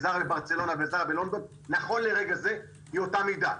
בזארה בברצלונה ובזארה בלונדון נכון לרגע זו אותה מידה.